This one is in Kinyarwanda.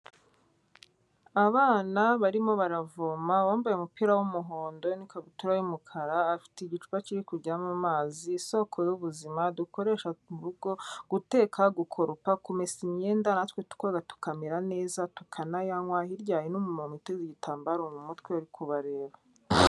Abana barimo baravoma uwambaye umupira w'umuhondo n'ikabutura y'umukara afite igicuba kiri kujyamo amazi isoko y'ubuzima dukoresha mu rugo, guteka, gukoropa, kumesa imyenda, natwe tukoga, tukamera neza, tukanayanywa, hirya hari n'umuma uteze igitambaro mu mutwe uri kubareba.